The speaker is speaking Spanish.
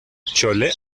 chole